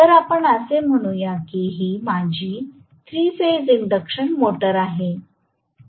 तर आपण असे म्हणूया की ही माझी 3 फेज इंडक्शन मोटर आहे